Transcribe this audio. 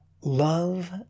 Love